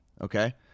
Okay